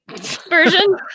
version